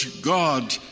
God